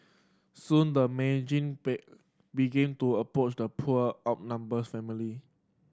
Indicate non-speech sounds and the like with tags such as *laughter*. soon the *unintelligible* began to approach the poor outnumbers family